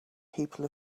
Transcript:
people